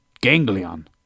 Ganglion